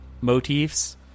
motifs